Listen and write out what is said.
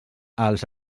els